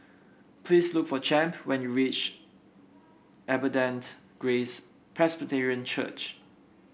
please look for Champ when you reach Abundant Grace Presbyterian Church